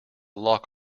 lock